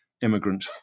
immigrant